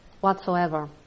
whatsoever